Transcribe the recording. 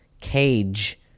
cage